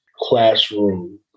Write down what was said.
classroom